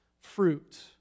fruit